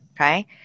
Okay